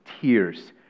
tears